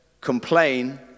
complain